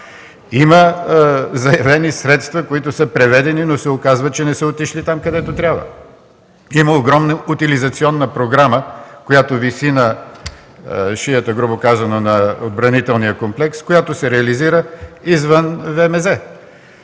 Има заявени средства, които са преведени, но се оказва, че не са отишли там, където трябва! Има огромна утилизационна програма, която виси на шията, грубо казано, на отбранителния комплекс, която се реализира извън ВМЗ!